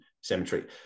cemetery